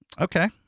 Okay